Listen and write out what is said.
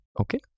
Okay